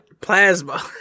Plasma